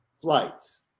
flights